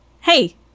Hey